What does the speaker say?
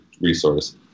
resource